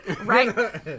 Right